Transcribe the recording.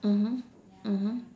mmhmm mmhmm